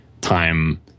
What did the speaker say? time